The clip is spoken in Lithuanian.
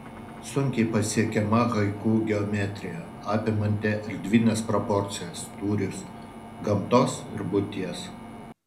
sunkiai pasiekiama haiku geometrija apimanti erdvines proporcijas tūrius gamtos ir būties